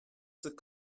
sık